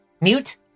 Mute